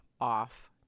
off